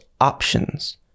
options